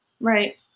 Right